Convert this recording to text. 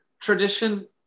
tradition